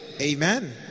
Amen